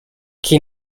chi